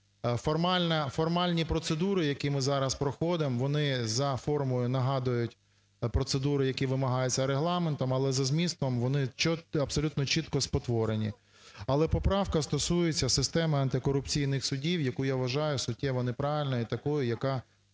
Формальні процедури, які ми зараз проходимо, вони за формою нагадують процедури, які вимагаються Регламентом, але за змістом вони абсолютно чітко спотворені. Але поправка стосується системи антикорупційних судів яку, я вважаю, суттєво неправильною і такою, яка сьогодні